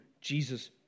Jesus